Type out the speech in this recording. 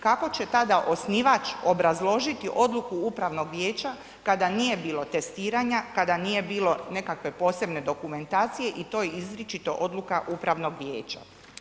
Kako će tada osnivač obrazložiti odluku upravnog vijeća kada nije bilo testiranja, kada nije bilo nekakve posebne dokumentacije i to izričito odluka upravnog vijeća.